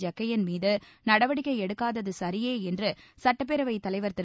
ஜக்கையன் மீது நடவடிக்கை எடுக்காதது சரியே என்று சுட்டப்பேரவைத் தலைவர் திரு